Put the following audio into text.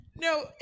no